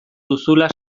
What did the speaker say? duzula